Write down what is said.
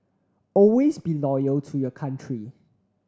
always be loyal to your country